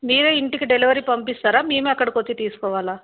మీరే ఇంటికి డెలివరీ పంపిస్తరా మేమే అక్కడకి వచ్చి తీసుకోవాలా